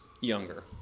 younger